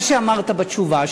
מה שאמרת בתשובה,